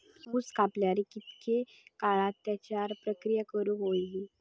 ऊस कापल्यार कितके काळात त्याच्यार प्रक्रिया करू होई?